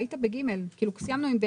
אתם אומרים שזה